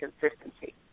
consistency